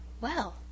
Well